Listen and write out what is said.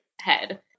head